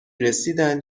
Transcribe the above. رسیدن